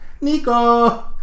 Nico